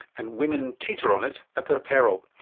and women teeter on it at their peril.